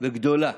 וגדולה